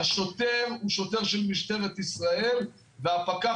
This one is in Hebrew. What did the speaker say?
השוטר הוא שוטר של משטרת ישראל והפקח